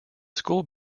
school